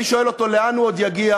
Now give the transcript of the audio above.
אני שואל אותו, לאן הוא עוד יגיע?